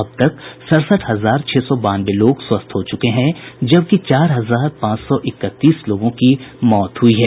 अब तक सड़सठ हजार छह सौ बानवे लोग स्वस्थ हो चुके हैं जबकि चार हजार पांच सौ इकतीस लोगों की मौत हई है